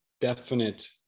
definite